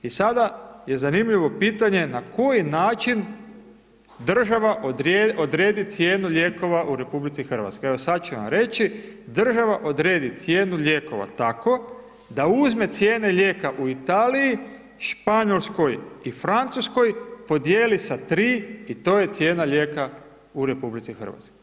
I sad je zanimljivo pitanje na koji način država odredi cijenu lijekova u RH, evo sad ću vam reći, država odredi cijenu lijekova tako da uzme cijene lijeka u Italiji, Španjolskoj i Francuskoj, podijeli sa 3 i to je cijena lijeka u RH.